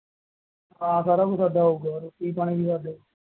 ਹਾਂ ਸਾਰਾ ਕੁਛ ਸਾਡਾ ਹੋਵੇਗਾ ਰੋਟੀ ਪਾਣੀ ਵੀ ਸਾਡਾ